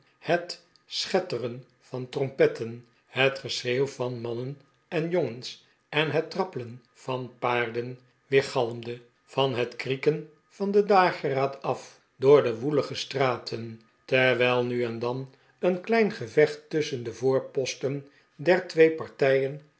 het schetteren van trompetten het geschreeuw van mannen en jongens en het trappelen van paarden weergalmde van het krieken van den dageraad af door de woelige straten terwijl nu en dan een klein gevecht tusschen de voorposten der twee partijen